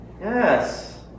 Yes